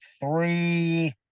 three